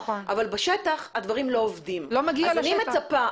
אבל בשטח הדברים לא עובדים -- לא מגיע לשטח.